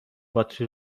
باتری